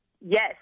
Yes